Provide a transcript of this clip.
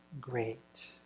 great